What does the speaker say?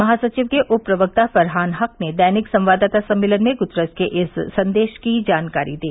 महासचिव के उप प्रवक्ता फरहान हक ने दैनिक संवाददाता सम्मेलन में गुतरश के इस संदेश की जानकारी दी